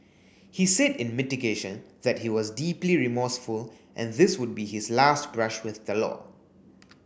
he said in mitigation that he was deeply remorseful and this would be his last brush with the law